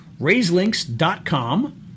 raiselinks.com